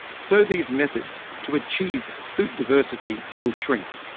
so these methods to achieve food diversity will shrink.